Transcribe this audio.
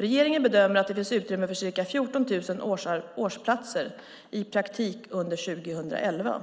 Regeringen bedömer att det finns utrymme för ca 14 000 årsplatser i praktik under 2011.